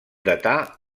datar